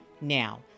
Now